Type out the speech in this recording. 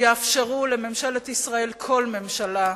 יאפשרו לממשלת ישראל, כל ממשלה,